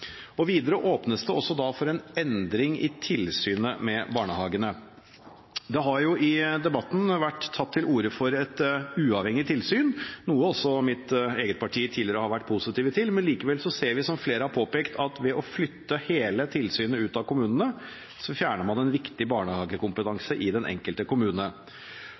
bedre. Videre åpnes det også for en endring i tilsynet med barnehagene. Det har i debatten vært tatt til orde for et uavhengig tilsyn, noe også mitt eget parti tidligere har vært positivt til. Likevel ser vi – som flere har påpekt – at ved å flytte hele tilsynet ut av kommunen fjerner man viktig barnehagekompetanse i den enkelte kommune.